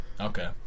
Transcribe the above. Okay